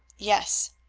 yes.